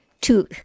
two—